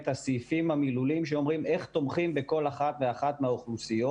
הסעיפים המילוליים שאומרים איך תומכים בכל אחת ואחת מהאוכלוסיות